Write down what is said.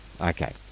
Okay